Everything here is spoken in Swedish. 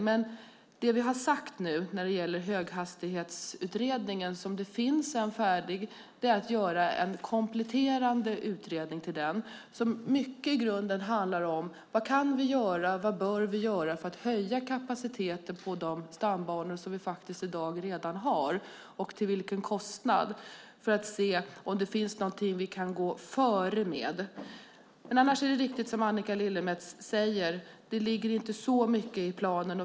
Men det vi har sagt är att det ska göras en kompletterande utredning till Höghastighetsutredningen som nu är färdig. Den ska handla om vad vi kan och bör göra för att öka kapaciteten på de stambanor vi redan har och till vilken kostnad för att se om det finns någonting som vi kan gå före med. Annars är det riktigt som Annika Lillemets säger, att det inte ligger så mycket i planen.